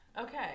Okay